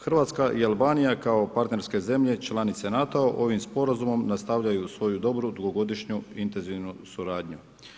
Hrvatska i Albanija kao partnerske zemlje, članice NATO-a ovim sporazumom nastavljaju svoju dobru dugogodišnju intenzivnu suradnju.